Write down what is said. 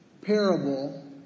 parable